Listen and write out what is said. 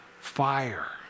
fire